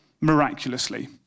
miraculously